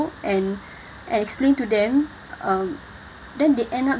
and and explain to them um then they end up